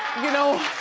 you know?